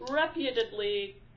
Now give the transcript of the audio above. reputedly